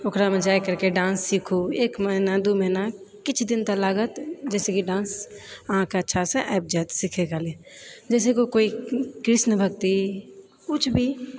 ओकरामे जाए करके डान्स सीखू एक महीना दू महीना किछु दिन तऽ लागत जहिसे कि डान्स अहाँके अच्छासे आबि जाइत सिखे कालि जैसेकि कोइ कृष्ण भक्ति किछु भी